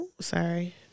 Sorry